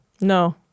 No